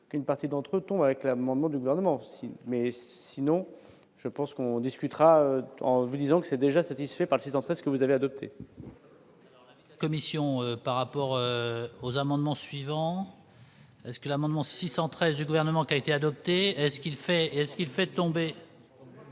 qu'une partie d'entre-temps avec l'amendement du gouvernement mais sinon je pense qu'on en discutera en vous disant que c'est déjà satisfait partisan, parce que vous avez adopté. Commission par rapport aux amendements suivants.-ce que l'amendement 613 du gouvernement qui a été adopté ce qu'il fait et